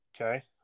Okay